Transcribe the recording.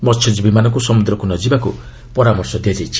ମହ୍ୟଜୀବୀମାନଙ୍କୁ ସମୁଦ୍ରକୁ ନଯିବାକୁ ପରାମର୍ଶ ଦିଆଯାଇଛି